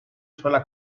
sola